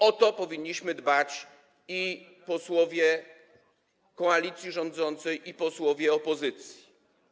O to powinniśmy dbać i posłowie koalicji rządzącej, i posłowie opozycji.